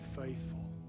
faithful